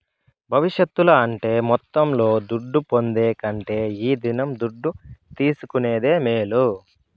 భవిష్యత్తుల అంటే మొత్తంలో దుడ్డు పొందే కంటే ఈ దినం దుడ్డు తీసుకునేదే మేలు